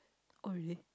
oh really